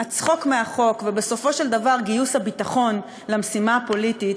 הצחוק מהחוק ובסופו של דבר גיוס הביטחון למשימה הפוליטית,